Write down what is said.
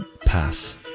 Pass